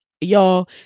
y'all